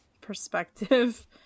perspective